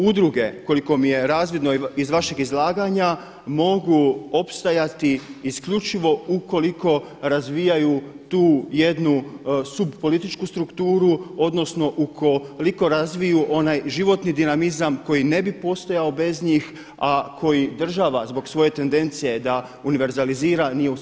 Udruge koliko mi je razvidno iz vašeg izlaganja mogu opstajati isključivo ukoliko razvijaju tu jednu subpolitičku strukturu, odnosno ukoliko razviju onaj životni dinamizam koji ne bi postojao bez njih, a koji država zbog svoje tendencije da univerzalizira nije u stanju učiniti.